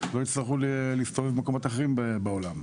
לא יצטרכו להסתובב במקומות אחרים בעולם.